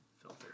Filter